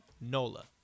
Nola